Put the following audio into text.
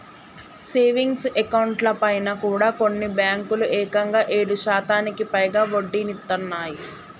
savings అకౌంట్లపైన కూడా కొన్ని బ్యేంకులు ఏకంగా ఏడు శాతానికి పైగా వడ్డీనిత్తన్నయ్